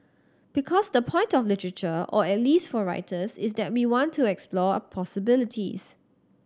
because the point of literature or at least for writers is that we want to explore possibilities